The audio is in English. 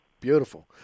Beautiful